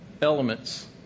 elements